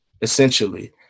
essentially